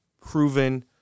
proven